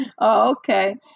okay